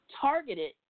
targeted